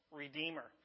redeemer